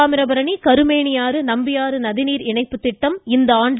தாமிரபரணி கருமேனியாறு நம்பியாறு நதிநீர் இணைப்பு திட்டம் இந்தாண்டு